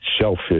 shellfish